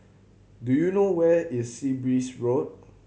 do you know where is Sea Breeze Road